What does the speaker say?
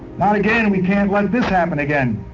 not again. we can't let this happen again.